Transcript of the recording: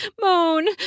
moan